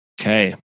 Okay